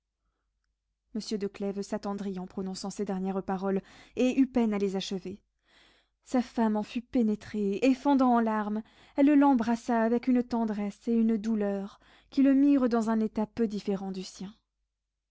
monsieur de clèves s'attendrit en prononçant ces dernières paroles et eut peine à les achever sa femme en fut pénétrée et fondant en larmes elle l'embrassa avec une tendresse et une douleur qui le mirent dans un état peu différent du sien